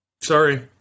Sorry